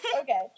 Okay